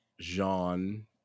Jean